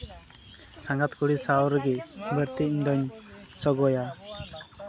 ᱥᱟᱸᱜᱟᱛ ᱠᱩᱲᱤ ᱥᱟᱶ ᱨᱮᱜᱮ ᱵᱟᱹᱲᱛᱤ ᱤᱧᱫᱩᱧ ᱥᱚᱜᱚᱭᱟ